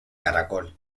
caracol